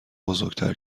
بزرگتر